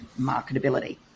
marketability